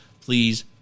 please